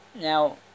Now